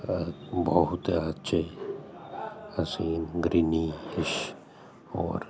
ਬਹੁਤ ਅੱਛੇ ਅਸੀਂ ਗਰੀਨੀਇਸ਼ ਔਰ